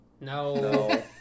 No